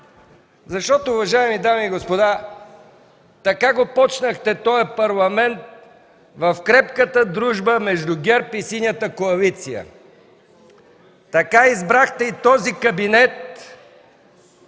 заплаха. Уважаеми дами и господа, така го започнахте този Парламент –в крепката дружба между ГЕРБ и Синята коалиция, така избрахте и този кабинет,